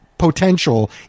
potential